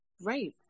Right